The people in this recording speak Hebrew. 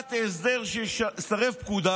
מישיבת הסדר שיסרב פקודה"